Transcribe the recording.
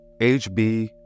HB